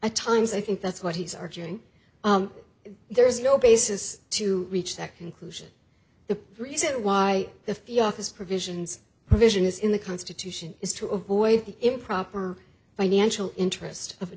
at times i think that's what he's arguing there is no basis to reach that conclusion the reason why the few office provisions provision is in the constitution is to avoid the improper financial interest of a